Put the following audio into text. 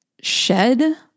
shed